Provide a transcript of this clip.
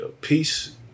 peace